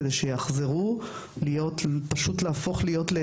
כדי שהם יחזרו לחיות כאזרחים,